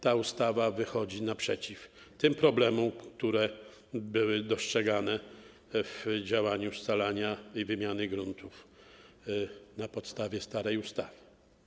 Ta ustawa wychodzi naprzeciw tym problemom, które były dostrzegane w przypadku scalania i wymiany gruntów na podstawie starej ustawy.